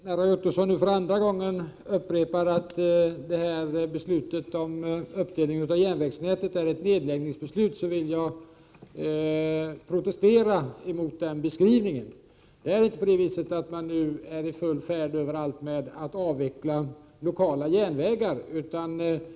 Herr talman! När Roy Ottosson för andra gången säger att beslutet om uppdelning av järnvägsnätet är ett nedläggningsbeslut vill jag protestera. Man är inte överallt i full färd med att avveckla lokala järnvägar.